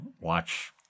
watch